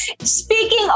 speaking